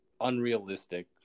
unrealistic